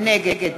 נגד